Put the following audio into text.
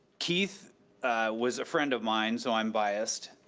keith was a friend of mine, so i'm biased,